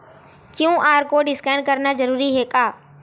QR code scan करना जरूरी हे का?